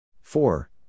Four